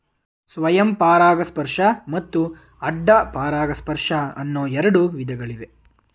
ಸ್ವಯಂ ಪರಾಗಸ್ಪರ್ಶ ಮತ್ತು ಅಡ್ಡ ಪರಾಗಸ್ಪರ್ಶ ಅನ್ನೂ ಎರಡು ವಿಧಗಳಿವೆ